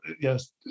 yes